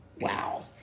Wow